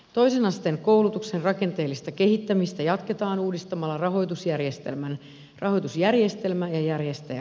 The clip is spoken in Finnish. toisen asteen koulutuksen rakenteellista kehittämistä jatketaan uudistamalla rahoitusjärjestelmä ja järjestäjäverkko